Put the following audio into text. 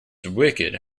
wicked